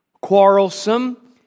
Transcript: quarrelsome